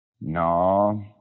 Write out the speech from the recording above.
No